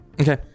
Okay